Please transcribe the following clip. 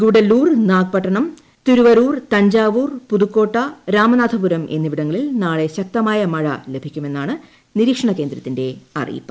ഗുഡലൂർ നാഗ്പട്ടണം തിരുവരൂർ തുഞ്ചാവൂർ പുതുകോട്ട രാമനാഥപൂരം എന്നിവിടങ്ങളിൽ നാളെ പ്രശ്നക്തിമായ മഴ ലഭിക്കുമെന്നാണ് നിരീക്ഷണ കേന്ദ്രത്തിന്റെ അറിയിപ്പ്